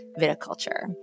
viticulture